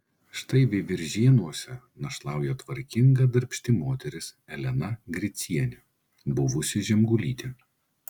štai veiviržėnuose našlauja tvarkinga darbšti moteris elena gricienė buvusi žemgulytė